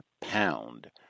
pound